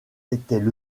étaient